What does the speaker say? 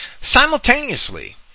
Simultaneously